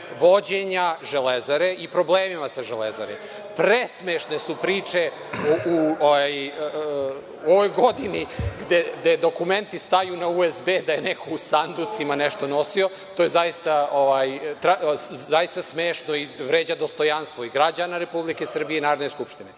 vođenja „Železare“ i problemima sa „Železarom“. Presmešne su priče u ovoj godini gde dokumenti staju na USB da je neko u sanducima nešto nosio, to je zaista smešno i vređa dostojanstvo i građana Republike Srbije i Narodne skupštine.